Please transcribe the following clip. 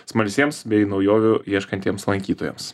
smalsiems bei naujovių ieškantiems lankytojams